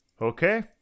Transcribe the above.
Okay